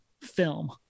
film